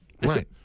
Right